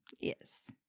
Yes